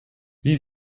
wie